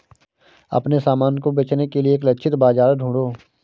अपने सामान को बेचने के लिए एक लक्षित बाजार ढूंढो